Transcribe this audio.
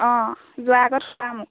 অঁ যোৱাৰ আগত ক'বা মোক